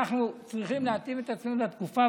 אנחנו צריכים להתאים את עצמנו לתקופה,